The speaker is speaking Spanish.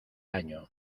año